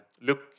look